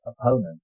opponent